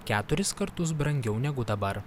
keturis kartus brangiau negu dabar